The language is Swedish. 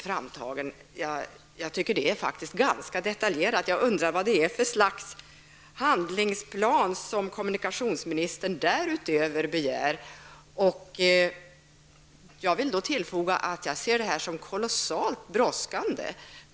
Jag tycker alltså att de utarbetade reglerna är ganska detaljerade, och jag undrar vad det är för slags handlingsplan som kommunikationsministern därutöver begär. Jag ser denna fråga som kolossalt brådskande.